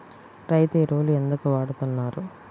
రైతు ఎరువులు ఎందుకు వాడుతున్నారు?